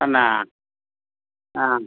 തന്നെ ആ